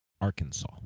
Arkansas